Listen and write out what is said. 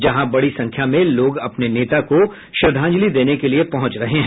जहां बड़ी संख्या में लोग अपने नेता को श्रद्धांजलि देने के लिये पहुंच रहे हैं